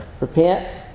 repent